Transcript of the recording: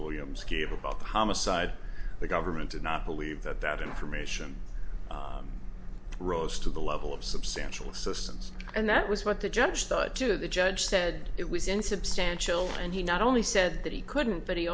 williams gave about the homicide the government did not believe that that information rose to the level of substantial assistance and that was what the judge thought to the judge said it was insubstantial and he not only said that he couldn't but he